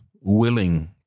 willing